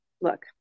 look